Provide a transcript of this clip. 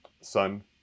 Sun